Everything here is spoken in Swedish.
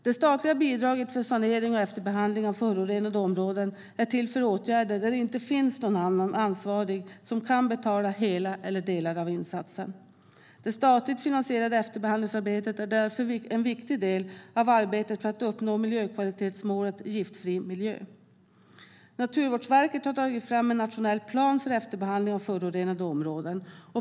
Det statliga bidraget för sanering och efterbehandling av förorenade områden är till för åtgärder där det inte finns någon annan ansvarig som kan betala hela eller delar av insatsen. Det statligt finansierade efterbehandlingsarbetet är därför en viktig del av arbetet för att uppnå miljökvalitetsmålet Giftfri miljö. Naturvårdsverket har tagit fram en nationell plan för efterbehandling av förorenade områden.